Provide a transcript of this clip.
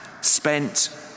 spent